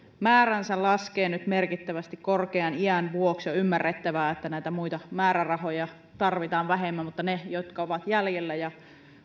määränsä laskee nyt merkittävästi korkean iän vuoksi on ymmärrettävää että näitä muita määrärahoja tarvitaan vähemmän mutta heihin jotka ovat jäljellä ja